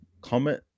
comment